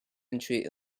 retreat